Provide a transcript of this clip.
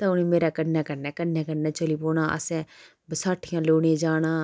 ते उन्नै मेरे कन्नै कन्नै कन्नै कन्नै चली पौना असें बसाठियां लेओने गी जाना